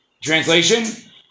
translation